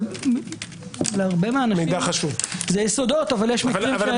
להרבה אנשים זה יסודות- -- מידע חשוב.